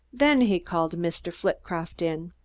then he called mr. flitcroft in.